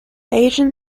bayesian